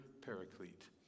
paraclete